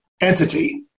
entity